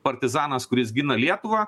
partizanas kuris gina lietuvą